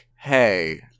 hey